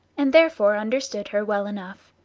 and therefore understood her well enough.